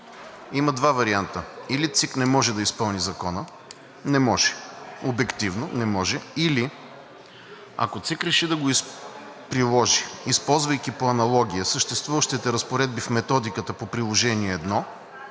има два варианта. Или ЦИК не може да изпълни закона. Не може! Обективно не може. Или ако ЦИК реши да го приложи, използвайки по аналогия съществуващите разпоредби в методиката по Приложение №